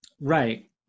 Right